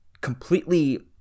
completely